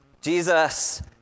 Jesus